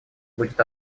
будет